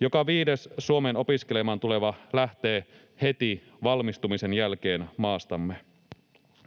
Joka viides Suomeen opiskelemaan tuleva lähtee heti valmistumisen jälkeen maastamme.